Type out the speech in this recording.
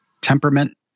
temperament